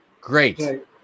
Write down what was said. Great